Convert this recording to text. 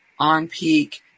OnPeak